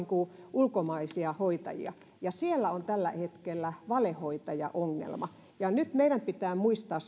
ulkomaisia hoitajia ja siellä on tällä hetkellä valehoitajaongelma nyt meidän pitää muistaa